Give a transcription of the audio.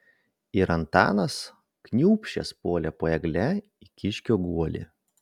ir antanas kniūbsčias puolė po egle į kiškio guolį